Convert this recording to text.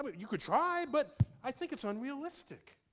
you could try, but i think it's unrealistic.